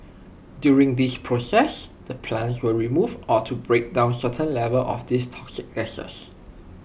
during this process the plants will remove or to break down certain levels of these toxic gases